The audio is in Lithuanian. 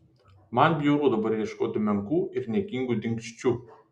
man bjauru dabar ieškoti menkų ir niekingų dingsčių